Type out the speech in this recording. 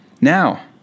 Now